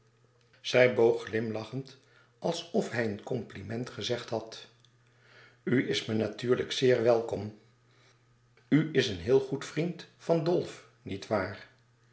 zij boog glimlachend alsof hij een compliment gezegd had u is me natuurlijk zeer welkom u is een heel goed vriend van dolf niet waar